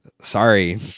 sorry